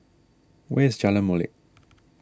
where is Jalan Molek